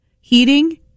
Heating